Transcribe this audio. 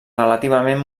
relativament